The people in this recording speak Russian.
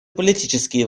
политические